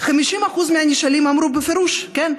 50% מהנשאלים אמרו בפירוש כן,